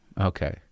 Okay